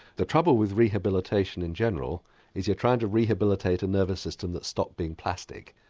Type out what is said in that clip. the trouble with rehabilitation in general is you're trying to rehabilitate a nervous system that's stopped being plastic.